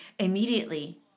Immediately